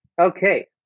Okay